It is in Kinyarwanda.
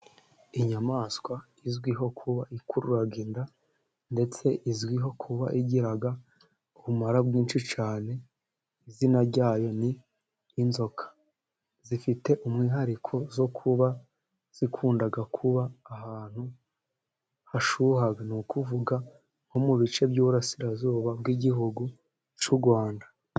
Inyamaswa izwiho kuba ikurura inda ndetse izwiho kuba igira ubumara bwinshi cyane izina ryayo ni inzoka. Zifite umwihariko wo kuba zikunda kuba ahantu hashyuha ni ukuvuga nko mu bice by'uburasirazuba bw'igihugu c'yu Rwanda.